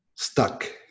stuck